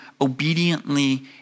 obediently